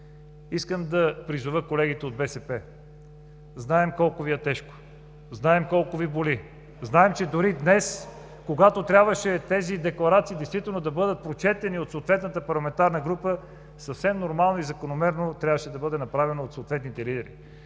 Искам да призова колегите от БСП, знаем колко Ви е тежко, знаем колко Ви боли, знаем, че дори днес, когато трябваше тези декларации действително да бъдат прочетени от съответната парламентарна група, съвсем нормално и закономерно трябваше да бъде направено от съответните лидери.